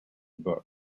books